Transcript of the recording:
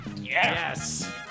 Yes